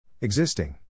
Existing